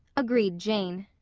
agreed jane.